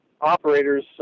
operators